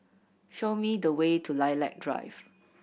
show me the way to Lilac Drive